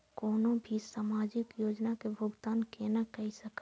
कोनो भी सामाजिक योजना के भुगतान केना कई सकब?